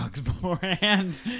beforehand